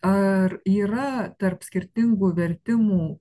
ar yra tarp skirtingų vertimų